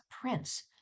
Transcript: prince